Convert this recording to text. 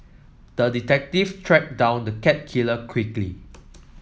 the detective tracked down the cat killer quickly